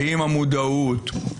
האם המודעות?